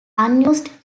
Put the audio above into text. unused